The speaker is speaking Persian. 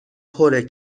پره